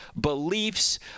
beliefs